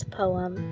poem